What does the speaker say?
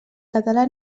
català